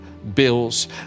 bills